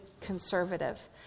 conservative